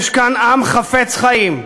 יש כאן עם חפץ חיים,